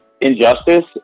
injustice